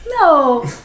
No